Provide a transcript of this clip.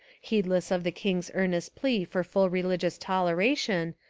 heedless of the king's earnest plea for full reli gious toleration,